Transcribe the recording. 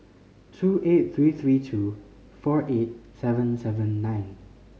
two eight three three two four eight seven seven nine